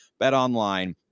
BetOnline